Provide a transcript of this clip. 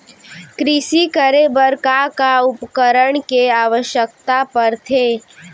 कृषि करे बर का का उपकरण के आवश्यकता परथे?